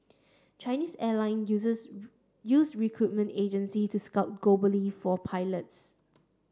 Chinese airline users use recruitment agency to scout globally for pilots